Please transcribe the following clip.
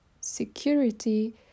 security